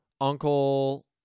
uncle